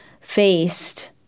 faced